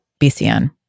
BCN